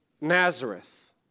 Nazareth